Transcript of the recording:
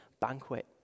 banquet